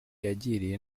yagiriye